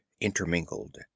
intermingled